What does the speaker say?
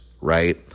Right